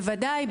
בוודאי.